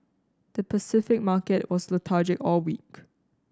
the Pacific market was lethargic all week